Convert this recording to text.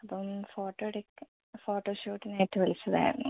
അപ്പം ഫോട്ടോ എടുക്കാൻ ഫോട്ടോഷൂട്ടിന് ആയിട്ട് വിളിച്ചത് ആയിരുന്നു